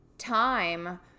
time